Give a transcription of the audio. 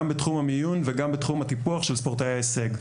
גם בתחום המיון וגם בתחום הטיפוח של ספורטאי ההישג.